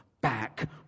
back